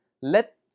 Let